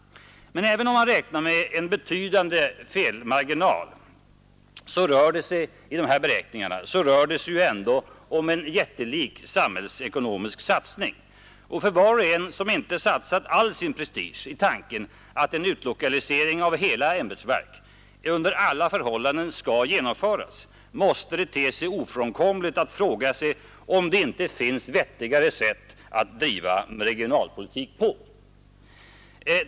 Men även om man räknar med en betydande felmarginal i dessa beräkningar, så rör det sig ändå om en jättelik samhällsekonomisk satsning. För var och en som inte satsat all sin prestige i tanken, att en utlokalisering av hela ämbetsverk under alla förhållanden skall genomföras, måste det te sig ofrånkomligt att fråga sig om det inte finns vettigare sätt att driva regionalpolitik på.